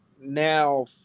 Now